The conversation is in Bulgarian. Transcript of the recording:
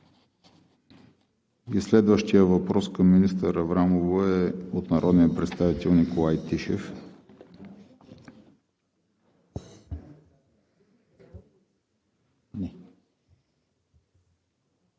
Следващият въпрос към министър Аврамова е от народния представител Николай Тишев.